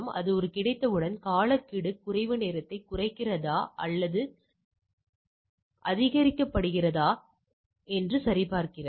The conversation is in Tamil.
எனவே கை பரவல் இது எக்செல் 2007 க்கான பழைய பதிப்பாகும்